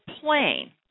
plane